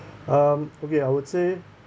um okay I would say